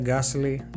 Gasly